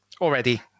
already